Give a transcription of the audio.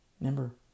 Remember